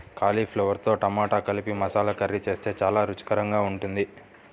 కాలీఫ్లవర్తో టమాటా కలిపి మసాలా కర్రీ చేస్తే చాలా రుచికరంగా ఉంటుంది